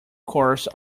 course